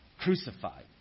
crucified